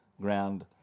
ground